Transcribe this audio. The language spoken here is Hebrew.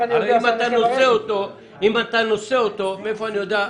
הרי אם אתה נושא אותו, מאיפה אני יודע.